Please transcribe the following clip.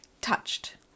touched